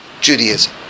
Judaism